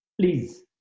please